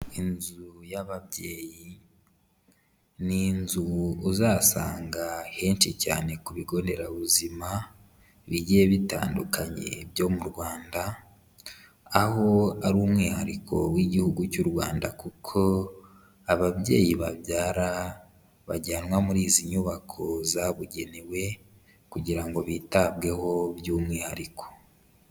Inzu y'ababyeyi, ni inzu uzasanga henshi cyane ku bigo nderabuzima bigiye bitandukanye byo mu Rwanda, aho ari umwihariko w'Igihugu cy'u Rwanda kuko ababyeyi babyara bajyanwa muri izi nyubako zabugenewe kugira ngo bitabweho by'umwihariko.